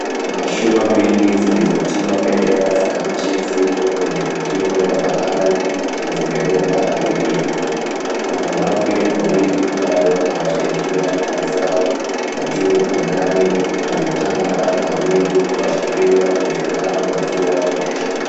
Mashua mbili zilizotiwa bendera za nchi ziko kwenye ukingo wa bahari na zimebeba abiria. Wanawake wawili bado hawajaingia ndani zao, na juu angani yametanda mawingu kuashiria uwezekano wa mvua kunyesha.